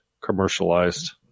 commercialized